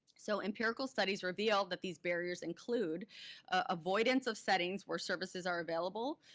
so empirical studies reveal that these barriers include avoidance of settings where services are available,